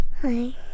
Hi